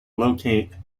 locate